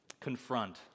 confront